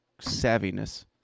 savviness